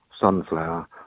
sunflower